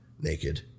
naked